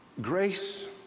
grace